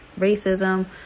racism